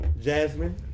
Jasmine